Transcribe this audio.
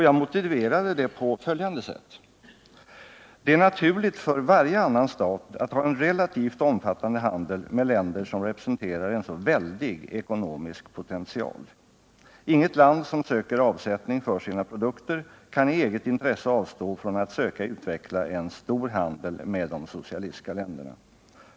Jag motiverade det på följande sätt: ”Det är naturligt för varje annan stat att ha en relativt omfattande handel med länder som representerar en så väldig ekonomisk potential. Inget land som söker avsättning för sina produkter kan i eget intresse avstå från att söka utveckla en stor handel med de socialistiska länderna.